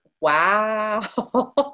Wow